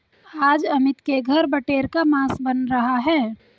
आज अमित के घर बटेर का मांस बन रहा है